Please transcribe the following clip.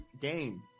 game